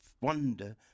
wonder